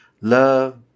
love